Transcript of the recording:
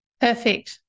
Perfect